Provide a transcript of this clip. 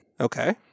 Okay